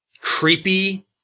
creepy